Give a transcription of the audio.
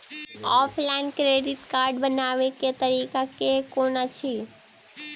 Offline credit card बनाबै केँ तरीका केँ कुन अछि?